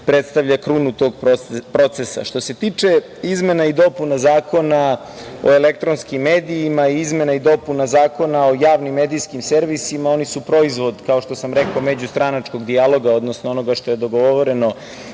predstavlja krunu tog procesa. Što se tiče izmena i dopuna zakona o elektronskim medijima, izmena i dopuna zakona o javnim i medijskim servisima, oni su proizvod međustranačkog dijaloga, odnosno onoga što je dogovoreno